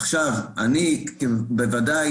עכשיו, בוודאי